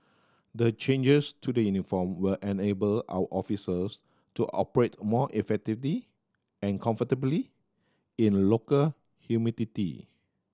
the changes to the uniform will enable our officers to operate more effectively and comfortably in local humidity